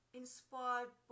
inspired